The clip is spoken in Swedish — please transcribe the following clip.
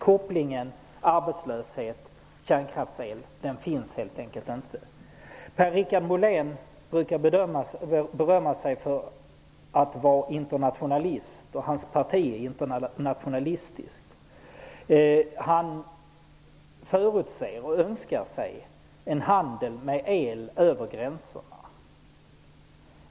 Kopplingen mellan arbetslöshet och kärnkraftsel finns helt enkelt inte. Per-Richard Molén brukar berömma sig av att vara internationalist och mena att hans parti är internationalistiskt. Han förutser och önskar sig en handel med el över gränserna.